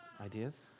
Ideas